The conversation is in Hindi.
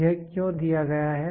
यह क्यों दिया गया है